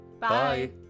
Bye